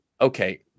okay